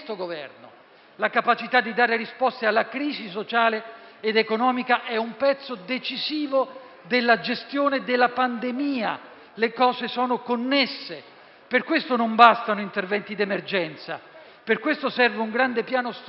La capacità di dare risposte alla crisi sociale ed economica è un pezzo decisivo della gestione della pandemia. Le cose sono connesse; per questo non bastano interventi d'emergenza, per questo serve un grande piano strutturale